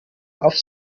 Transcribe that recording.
auf